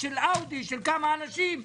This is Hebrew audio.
וזו דעתי כפי שהשמעתי באחד הדיונים,